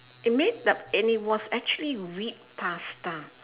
it may d~ and it was actually wheat pasta